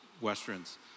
Westerns